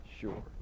sure